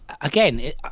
again